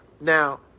Now